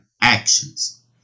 actions